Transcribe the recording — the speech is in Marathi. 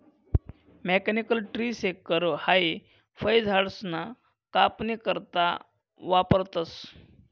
मेकॅनिकल ट्री शेकर हाई फयझाडसना कापनी करता वापरतंस